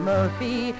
Murphy